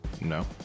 No